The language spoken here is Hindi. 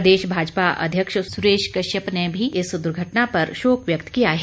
प्रदेश भाजपा अध्यक्ष सुरेश कश्यप ने भी इस दुर्घटना पर शोक व्यक्त किया है